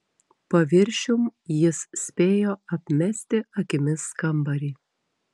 paviršium jis spėjo apmesti akimis kambarį